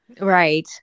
right